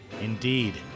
indeed